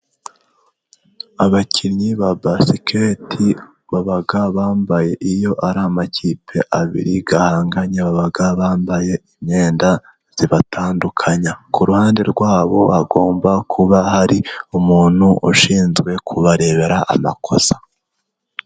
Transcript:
Abakinnyi ba basiketi baba bambaye, iyo ari amakipe abiri ahanganye baba bambaye imyenda ibatandukanya, ku ruhande rwabo hagomba kuba hari umuntu ushinzwe kubarebera amakosa.